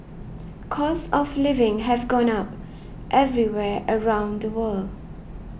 costs of living have gone up everywhere around the world